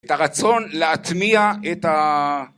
את הרצון להטמיע את ה...